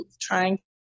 trying